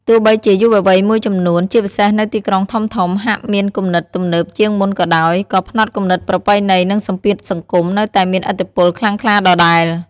ទោះបីជាយុវវ័យមួយចំនួន ជាពិសេសនៅទីក្រុងធំៗ ហាក់មានគំនិតទំនើបជាងមុនក៏ដោយ ក៏ផ្នត់គំនិតប្រពៃណី និងសម្ពាធសង្គមនៅតែមានឥទ្ធិពលខ្លាំងក្លាដដែល។